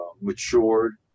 matured